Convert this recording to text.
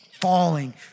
falling